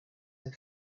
and